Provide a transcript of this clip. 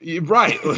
right